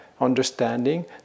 understanding